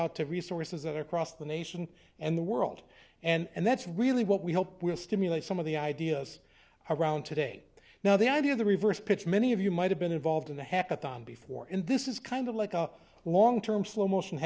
out to resources that across the nation and the world and that's really what we hope will stimulate some of the ideas around today now the idea of the reverse pitch many of you might have been involved in the hackathon before and this is kind of like a long term slow motion